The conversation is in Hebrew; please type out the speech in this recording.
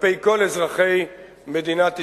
כלפי כל אזרחי מדינת ישראל,